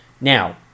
Now